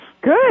Good